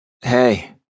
Hey